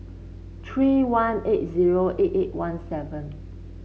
three one eight zero eight eight one seven